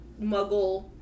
muggle